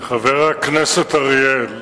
חבר הכנסת אריאל,